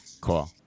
Cool